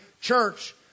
church